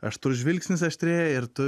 aštrus žvilgsnis aštrėja ir tu